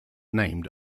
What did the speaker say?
named